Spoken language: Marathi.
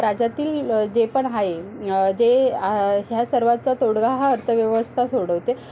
राज्यातील जे पण आहे जे ह्या सर्वाचा तोडगा हा अर्थव्यवस्था सोडवते